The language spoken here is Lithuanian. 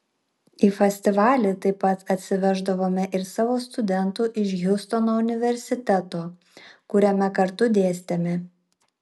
į festivalį taip pat atsiveždavome ir savo studentų iš hjustono universiteto kuriame kartu dėstėme